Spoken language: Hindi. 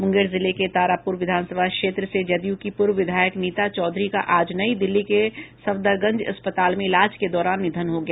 मुंगेर जिले के तारापुर विधानसभा क्षेत्र से जदयू की पूर्व विधायक नीता चौधरी का आज नई दिल्ली के सफदरगंज अस्पताल में ईलाज के दौरान निधन हो गया